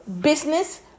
business